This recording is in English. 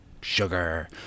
sugar